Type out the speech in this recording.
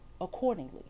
accordingly